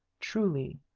truly,